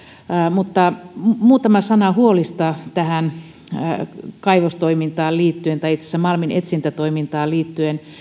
mutta muutama sana huolista kaivostoimintaan liittyen tai itse asiassa malminetsintätoimintaan liittyen